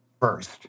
first